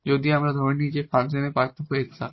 যদি আমরা ধরে নিই যে এটি কিছু ফাংশনের পার্থক্য এক্সাট